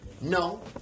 No